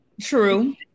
True